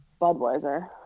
Budweiser